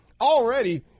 already